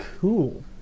Cool